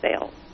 sales